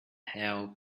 hail